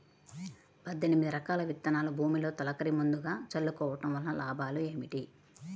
పద్దెనిమిది రకాల విత్తనాలు భూమిలో తొలకరి ముందుగా చల్లుకోవటం వలన లాభాలు ఏమిటి?